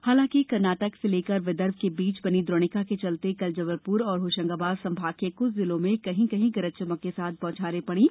हालांकि कर्नाटक से लेकर विदर्भ के बीच बनी द्रोणिका के चलते कल जबलपुर और होशंगाबाद संभाग के क्छ जिलों में कहीं कहीं गरज चमक के साथ बौछारें पड़ीं